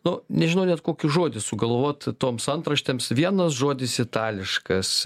nu nežinau net kokį žodį sugalvot toms antraštėms vienas žodis itališkas